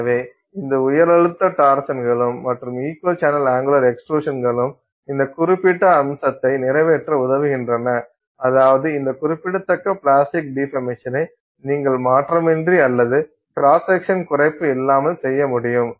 எனவே இந்த உயரழுத்த டார்சன்களும் மற்றும் இக்வல் சேனல் அங்குலர் எக்ஸ்ட்ருஷன்களும் இந்த குறிப்பிட்ட அம்சத்தை நிறைவேற்ற உதவுகின்றன அதாவது இந்த குறிப்பிடத்தக்க பிளாஸ்டிக் டிபர்மேசனை நீங்கள் மாற்றமின்றி அல்லது கிராஸ் செக்ஷன் குறைப்பு இல்லாமல் செய்ய முடியும்